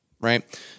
right